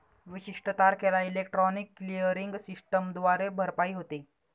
विशिष्ट तारखेला electronic clearing सिस्टमद्वारे भरपाई होते